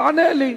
תענה לי.